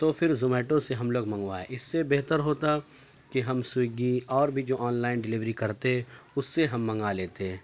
تو پھر زومیٹو سے ہم لوگ منگوائے اس سے بہتر ہوتا کہ ہم سویگی اور بھی جو آن لائن ڈیلیوری کرتے اس سے ہم منگا لیتے